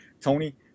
tony